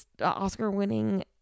oscar-winning